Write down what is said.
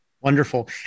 Wonderful